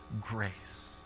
grace